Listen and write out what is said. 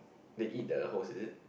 they eat the host is it